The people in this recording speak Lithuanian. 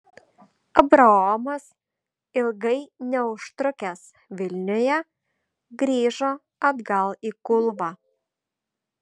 abraomas ilgai neužtrukęs vilniuje grįžo atgal į kulvą